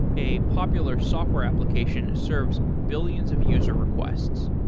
a popular software application serves billions of user requests.